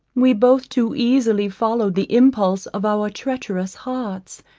we both too easily followed the impulse of our treacherous hearts,